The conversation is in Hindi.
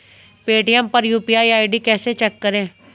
पेटीएम पर यू.पी.आई आई.डी कैसे चेक करें?